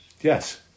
Yes